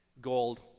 gold